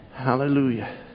Hallelujah